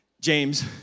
James